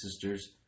sisters